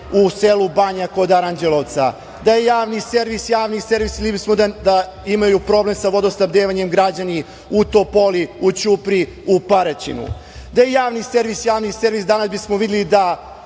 u selu Banja kod Aranđelovca. Da je Javni servis Javni servis videli bismo da imaju problem sa vodosnabdevanje građana u Topoli, u Ćupriji, u Paraćinu. Da je Javni servis Javni servis danas bismo videli da